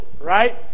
right